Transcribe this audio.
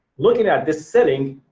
looking at this setting,